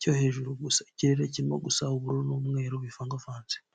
cyo hejuru gusa, ikirere kirimo gusa uburu n'umweru bivangavanze.